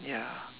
ya